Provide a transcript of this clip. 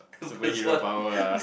superhero power ah